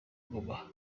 ngoma